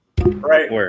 right